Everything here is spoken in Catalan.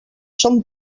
són